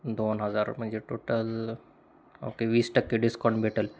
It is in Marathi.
दोन हजार म्हणजे टोटल ओके वीस टक्के डिस्काउंट भेटेल